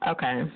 Okay